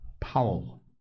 Powell